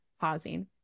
pausing